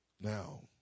Now